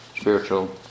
spiritual